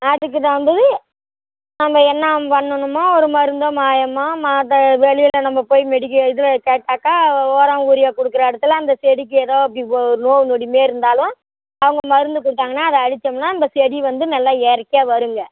அதுக்கு தகுந்தது நம்ம என்ன பண்ணணுமோ ஒரு மருந்தோ மாயமோ மாத்தரை வெளியில் நம்ம போயி மெடிக்க இதில் கேட்டாக்கா உரம் யூரியா கொடுக்குற இடத்துல அந்த செடிக்கு ஏதோ இப்படி ஒரு நோவு நொடி மாரி இருந்தாலும் அவங்க மருந்து கொடுத்தாங்கன்னா அதை அடிச்சோம்னால் அந்த செடி வந்து நல்லா இயற்கையா வருங்க